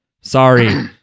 sorry